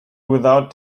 without